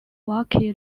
wakhi